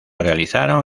realizaron